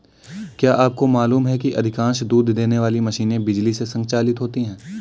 क्या आपको मालूम है कि अधिकांश दूध देने वाली मशीनें बिजली से संचालित होती हैं?